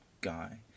guy